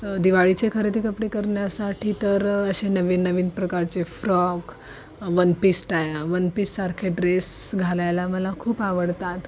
दिवाळीचे खरेदी कपडे करण्यासाठी तर असे नवीन नवीन प्रकारचे frock one piece style one पीससारखे ड्रेस घालायला मला खूप आवडतात